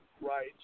right